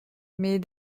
mais